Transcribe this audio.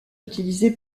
utilisé